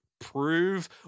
prove